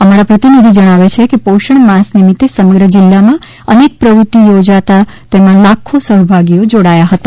અમારા પ્રતિનિધિ જણાવે છે કે પોષણ માસ નિમિત્તે સમગ્ર જિલ્લા માં અનેક પ્રવૃતિઓ યોજાતા તેમાં લાખો સહભાગીઓ જોડાયા હતા